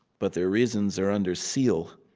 but their reasons are under seal.